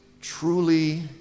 truly